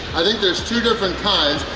i think there's two different kinds.